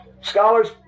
scholars